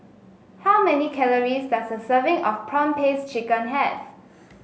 how many calories does a serving of prawn paste chicken have